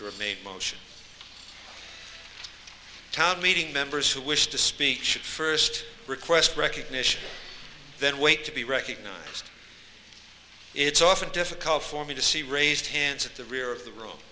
and remain in motion town meeting members who wish to speak should first request recognition then wait to be recognized it's often difficult for me to see raised hands at the rear of the room